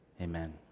Amen